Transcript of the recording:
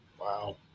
Wow